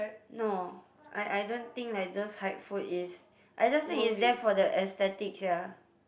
no I I don't think like those hype food is I just think is there for the aesthetic sia